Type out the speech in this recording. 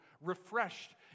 refreshed